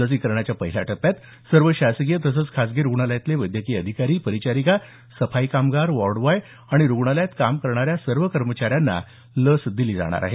लसीकरणाच्या पहिल्या टप्यात सर्व शासकीय तसंच खासगी रुग्णालयातले वैद्यकीय अधिकारी परिचारिका सफाई कामगार वॉर्डबॉय तसंच रुग्णालयात काम करणाऱ्या सर्व कर्मचाऱ्यांना लस दिली जाणार आहे